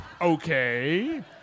okay